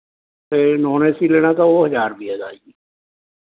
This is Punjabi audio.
ਅਤੇ ਨੋਨ ਏਸੀ ਲੈਣਾ ਤਾਂ ਉਹ ਹਜ਼ਾਰ ਰੁਪਏ ਦਾ ਹੈ ਜੀ